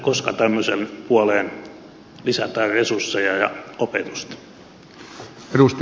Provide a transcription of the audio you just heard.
koska tämmöiseen puoleen lisätään resursseja ja opetusta